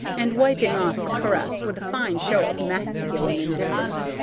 and wiping off the caress with a fine show of masculine indifference.